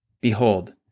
behold